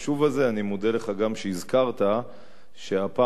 אני גם מודה לך שהזכרת שהפעם הראשונה,